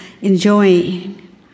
enjoying